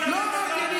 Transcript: מה שעשית.